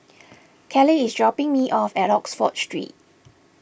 Kelly is dropping me off at Oxford Street